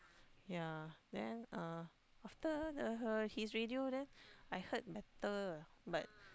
yea then uh after the her his radio then I heard better but